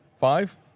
Five